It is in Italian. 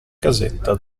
casetta